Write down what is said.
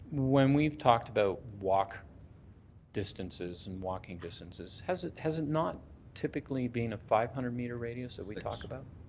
when we've talked about walk distances and walking distances, has it has it not typically been a five hundred meter radius that we talk about?